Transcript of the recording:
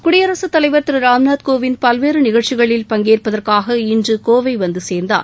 குடியரசுத் தலைவர் திரு ராம்நாத் கோவிந்த் பல்வேறு நிகழ்ச்சிகளில் பங்கேற்பதற்காக இன்று கோவை வந்து சேர்ந்தார்